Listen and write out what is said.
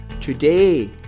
Today